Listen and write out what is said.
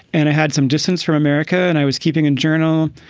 and i had some distance from america and i was keeping a journal.